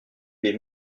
des